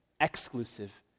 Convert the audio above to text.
exclusive